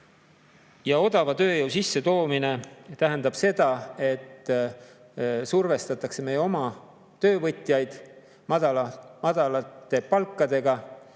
Odava tööjõu sissetoomine tähendab seda, et survestatakse meie oma töövõtjaid madalate palkadega